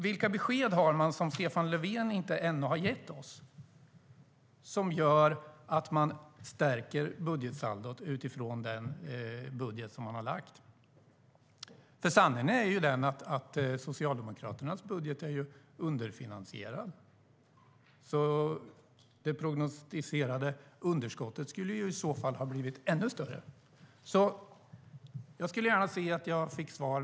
Vilka besked har man som Stefan Löfven inte ännu har gett oss som gör att man stärker budgetsaldot utifrån den budget som man har lagt fram? Sanningen är att Socialdemokraternas budget är underfinansierad. Det prognostiserade underskottet skulle ju i så fall ha blivit ännu större. Jag skulle gärna se att jag fick svar.